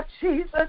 Jesus